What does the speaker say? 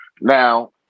Now